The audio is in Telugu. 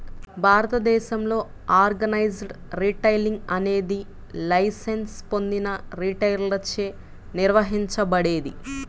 భారతదేశంలో ఆర్గనైజ్డ్ రిటైలింగ్ అనేది లైసెన్స్ పొందిన రిటైలర్లచే నిర్వహించబడేది